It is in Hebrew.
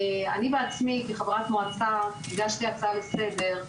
אני בעצמי כחברת מועצה הגשתי הצעה לסדר,